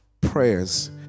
prayers